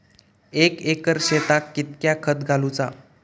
एक एकर शेताक कीतक्या खत घालूचा?